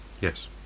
Yes